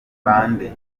bande